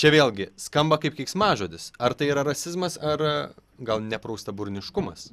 čia vėlgi skamba kaip keiksmažodis ar tai yra rasizmas ar gal nepraustaburniškumas